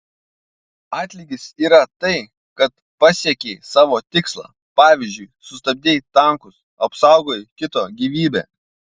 atlygis yra tai kad pasiekei savo tikslą pavyzdžiui sustabdei tankus apsaugojai kito gyvybę